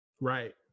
Right